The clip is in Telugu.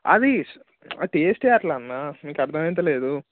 అది ఆ టేస్ట్ ఏ అట్లా అన్న నీకు అర్థమవుటలేదు